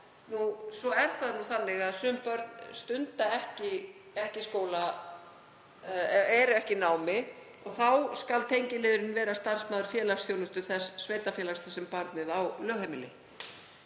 er við nám. Sum börn stunda ekki skóla, eru ekki í námi, og þá skal tengiliðurinn vera starfsmaður félagsþjónustu þess sveitarfélags þar sem barnið á lögheimili.